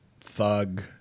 thug